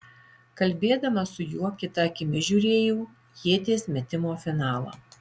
kalbėdama su juo kita akimi žiūrėjau ieties metimo finalą